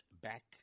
back